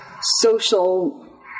social